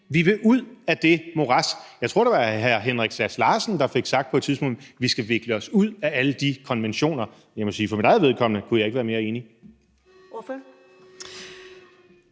Vi vil ud af det morads? Jeg tror, det var hr. Henrik Sass Larsen, der på et tidspunkt fik sagt, at vi skal vikle os ud af alle de konventioner. For mit eget vedkommende kunne jeg ikke være mere enig. Kl.